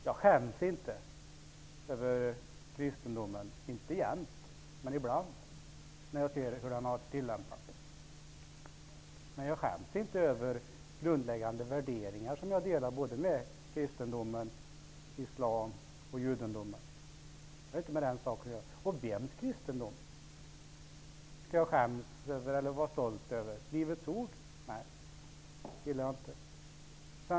Jag skäms inte över kristendomen, inte jämt, men ibland när jag ser hur den tillämpas. Jag skäms inte över grundläggande värderingar, som jag delar med anhängare av såväl kristendomen som islam och judendomen. Det har inte med saken att göra. Och vems kristendom skall jag skämmas respektive vara stolt över? Livets ords?